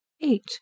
Eight